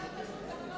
יותר פשוט למנות